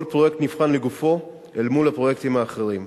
כל פרויקט נבחן לגופו אל מול הפרויקטים האחרים.